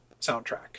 soundtrack